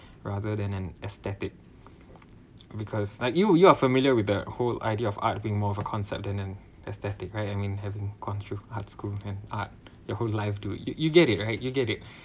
rather than an aesthetic because like you you are familiar with the whole idea of art being more of a concept then an aesthetic right I mean having gone through art school and art your whole life do it you get it right you get it